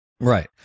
Right